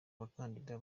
bakandida